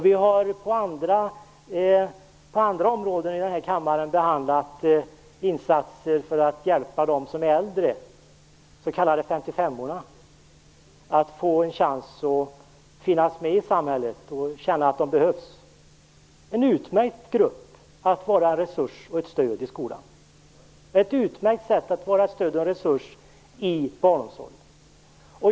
Vi har i kammaren när vi behandlat andra områden diskuterat insatser för att hjälpa dem som är äldre, de s.k. 55:orna, att få en chans att finnas med i samhället och känna att de behövs. Det är en utmärkt grupp som kan vara en resurs och ett stöd i skolan, ett utmärkt sätt att få ett stöd och en resurs i barnomsorgen.